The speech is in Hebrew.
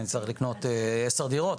אני אצטרך לקנות עשר דירות,